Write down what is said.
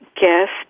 guest